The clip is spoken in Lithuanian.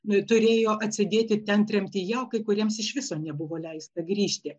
turėjo atsėdėti ten tremtyje o kai kuriems iš viso nebuvo leista grįžti